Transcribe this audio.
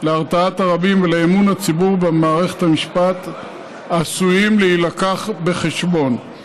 להרתעת הרבים ולאמון הציבור במערכת המשפט עשויים להילקח בחשבון.